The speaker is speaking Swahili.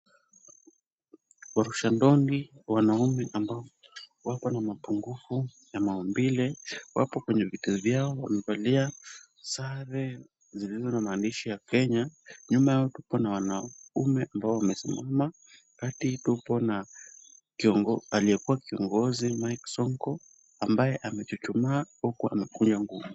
Warusha ndondi wanaume ambao wako mapungufu ya mawambile wapo kwenye vita vyao walivalia sare zilizo na maandishi ya Kenya, nyuma yao tupo na wanaume ambao wamesimama kati tupo na aliyekuwa kiongozi Mike Sonko ambaye amechuchumaa huku amekuja ngumi.